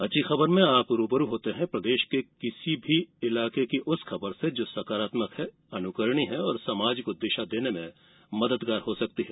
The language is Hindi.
अच्छी खबर में आप रूबरू होते हैं प्रदेश के किसी भी इलाके की उस खबर से जो सकारात्मक है अनुकरणीय है और समाज को दिशा देने में मददगार हो सकती है